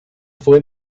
fue